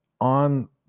on